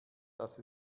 dass